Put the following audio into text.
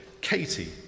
Katie